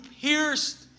pierced